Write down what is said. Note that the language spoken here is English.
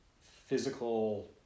physical